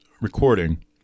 recording